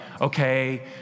okay